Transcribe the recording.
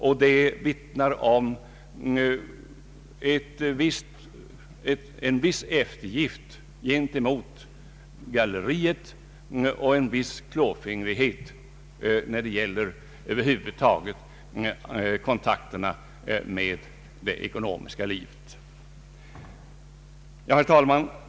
Förslaget vittnar om en viss eftergift gentemot galleriet och en viss klåfingrighet när det gäller kontakterna med det ekonomiska livet över huvud taget. Herr talman!